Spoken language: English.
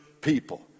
people